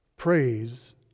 praise